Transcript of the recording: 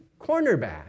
cornerback